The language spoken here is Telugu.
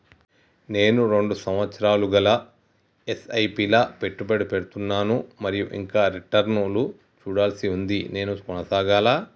నేను రెండు సంవత్సరాలుగా ల ఎస్.ఐ.పి లా పెట్టుబడి పెడుతున్నాను మరియు ఇంకా రిటర్న్ లు చూడాల్సి ఉంది నేను కొనసాగాలా?